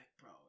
bro